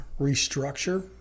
restructure